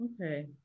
Okay